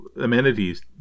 amenities